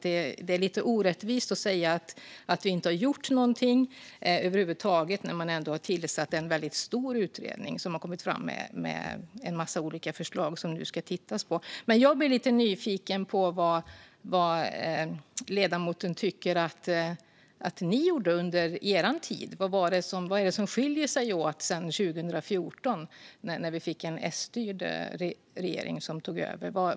Det är lite orättvist att säga att vi inte har gjort någonting när regeringen ändå har tillsatt en väldigt stor utredning som har kommit fram med en massa olika förslag som man nu ska titta på. Jag blir lite nyfiken på vad ledamoten tycker att ni gjorde under er tid. Vad är det som skiljer sig åt sedan 2014 när vi fick en S-styrd regering som tog över?